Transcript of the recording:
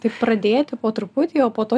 tai pradėti po truputį o po to